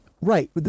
right